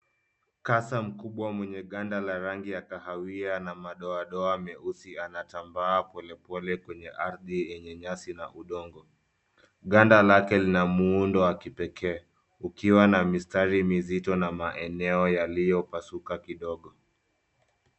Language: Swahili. Kasa mkubwa mwenye ganda la rangi ya kahawia na madoadoa meusi , anatambaa polepole kwenye ardhi yenye nyasi na udongo. Ganda lake lina muundo wa kipekee, ukiwa na mistari mizito na maeneo yaliyopasuka kidogo.